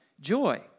joy